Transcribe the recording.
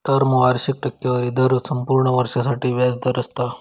term वार्षिक टक्केवारी दर संपूर्ण वर्षासाठी व्याज दर असता